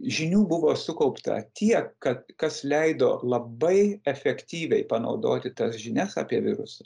žinių buvo sukaupta tiek kad kas leido labai efektyviai panaudoti tas žinias apie virusą